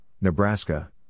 Nebraska